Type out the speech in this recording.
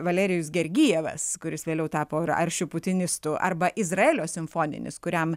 valerijus gergijevas kuris vėliau tapo aršiu putinistu arba izraelio simfoninis kuriam